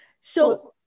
so-